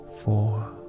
four